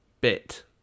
bit